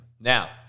Now